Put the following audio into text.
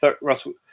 Russell